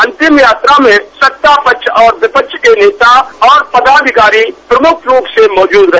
अंतिम यात्रा में सत्ता पक्ष और विपक्ष के नेता और पदाधिकारी प्रमुख रुप से मौजूद रहे